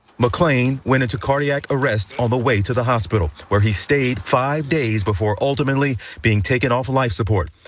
mcclain went into cardiac arrest on the way to the hospital, where he stayed five days before ultimately being taken off life support.